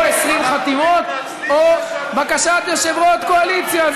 או 20 חתימות או בקשת יושב-ראש קואליציה.